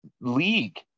league